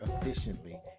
efficiently